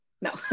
No